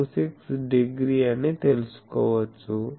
26 degree అని తెలుసుకోవచ్చు